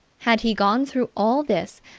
had he gone through all this,